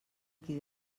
qui